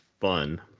fun